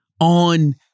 on